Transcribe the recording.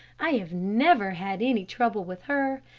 i have never had any trouble with her.